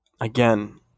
again